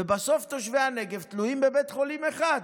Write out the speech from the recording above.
ובסוף תושבי הנגב תלויים בבית חולים אחד,